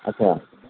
اچھا